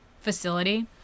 facility